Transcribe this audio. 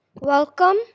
Welcome